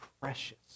precious